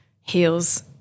heals